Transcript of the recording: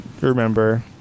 remember